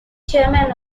chairman